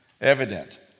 Evident